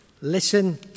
listen